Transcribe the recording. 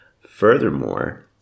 Furthermore